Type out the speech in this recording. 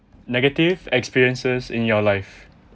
negative experiences in your life